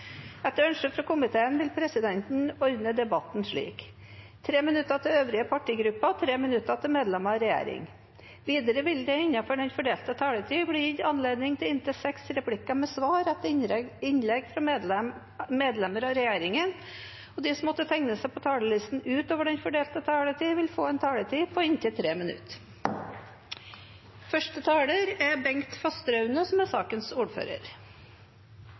Etter ønske fra justiskomiteen vil presidenten ordne debatten slik: 5 minutter til hver partigruppe og 5 minutter til medlemmer av regjeringen. Videre vil det – innenfor den fordelte taletid – bli gitt anledning til inntil fem replikker med svar etter innlegg fra medlemmer av regjeringen, og de som måtte tegne seg på talerlisten utover den fordelte taletid, får en taletid på inntil 3 minutter. Det er et alvorlig spørsmål, et viktig spørsmål, som